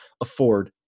afford